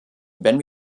wenn